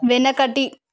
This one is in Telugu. వెనకటి